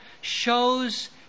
shows